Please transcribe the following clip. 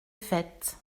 faites